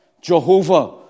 Jehovah